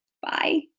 Bye